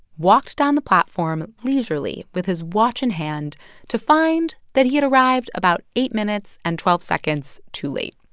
walked down the platform leisurely with his watch in hand to find that he had arrived about eight minutes and twelve seconds too late.